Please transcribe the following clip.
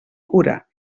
cura